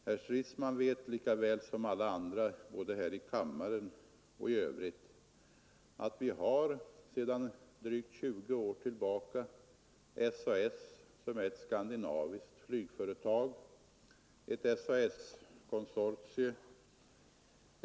Herr Stridsman vet lika väl som alla andra att vi sedan drygt 20 år tillbaka har SAS, som är ett skan dinaviskt flygföretag, och att vi har ett SAS-konsortium.